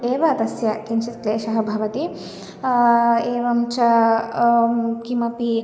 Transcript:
एव तस्य किञ्चित् क्लेशः भवति एवं च किमपि